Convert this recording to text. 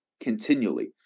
continually